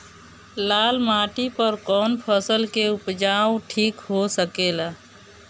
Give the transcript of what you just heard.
लाल माटी पर कौन फसल के उपजाव ठीक हो सकेला?